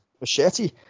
Machete